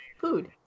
Food